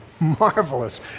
Marvelous